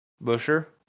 Busher